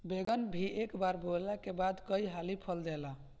बैगन भी एक बार बोअला के बाद कई हाली फल देला